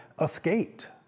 escaped